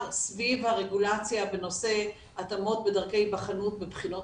סביב הרגולציה בנושא התאמות בדרכי היבחנות בבחינות